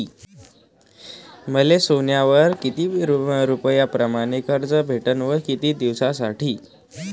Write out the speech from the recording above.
मले सोन्यावर किती रुपया परमाने कर्ज भेटन व किती दिसासाठी?